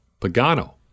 Pagano